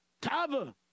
Tava